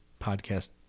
podcast